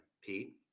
pete